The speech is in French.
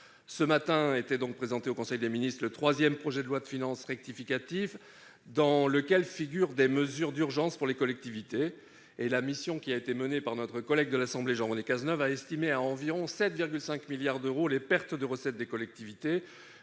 Ce matin était donc présenté en conseil des ministres le troisième projet de loi de finances rectificative, dans lequel figurent des mesures d'urgence pour les collectivités. La mission qu'a menée notre collègue de l'Assemblée nationale Jean-René Cazeneuve a estimé à environ 7,5 milliards d'euros les pertes de recettes des collectivités,